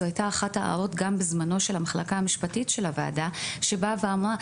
זו הייתה אחת ההערות בזמנו של המחלקה המשפטית של הוועדה שבאה ואמרה,